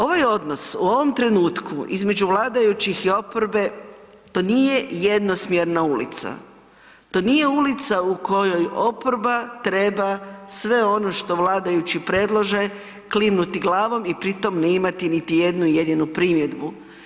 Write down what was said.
Ovaj odnos u ovom trenutku između vladajućih i oporbe to nije jednosmjerna ulica, to nije ulica u kojoj oporba treba sve ono što vladajući predlože klimnuti glavom i pri tome ne imati niti jednu jedinu primjedbu.